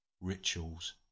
rituals